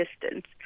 distance